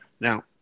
Now